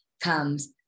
comes